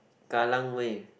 Kallang Wave